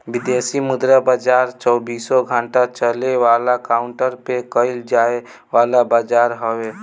विदेशी मुद्रा बाजार चौबीसो घंटा चले वाला काउंटर पे कईल जाए वाला बाजार हवे